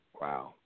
Wow